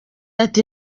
ati